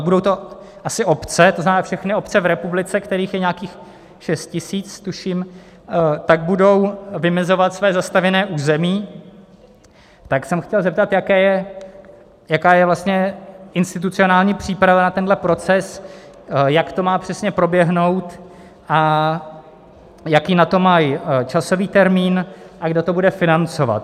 budou to asi obce, to znamená všechny obce v republice, kterých je nějakých 6 tisíc tuším, budou vymezovat své zastavěné území, tak jsem se chtěl zeptat, jaká je vlastně institucionální příprava na tenhle proces, jak to má přesně proběhnout a jaký na to mají časový termín, kdo to bude financovat.